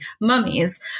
mummies